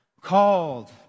called